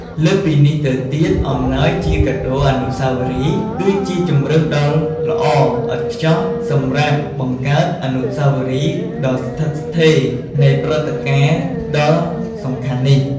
លើសពីនេះទៅទៀត អំណោយជាកាដូអនុស្សាវរីយ៍ គឺជាជម្រើសដ៏ល្អឥតខ្ចោះសម្រាប់បង្កើតអនុស្សាវរីយ៍ដ៏ស្ថិតស្ថេរនៃព្រឹត្តិការណ៍ដ៏សំខាន់នេះ។